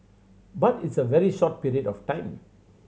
but it's a very short period of time